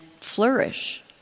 flourish